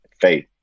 faith